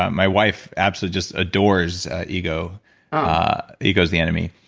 my wife absolutely just adores ego ah ego is the enemy.